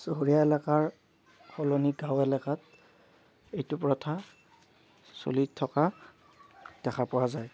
চহৰীয়া এলেকাৰ সলনি গাঁও এলেকাত এইটো প্ৰথা চলি থকা দেখা পোৱা যায়